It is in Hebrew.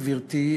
גברתי,